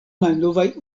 malnovaj